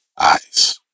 eyes